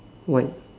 white